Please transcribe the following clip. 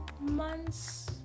months